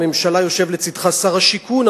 יושב לצדך שר השיכון,